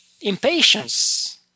impatience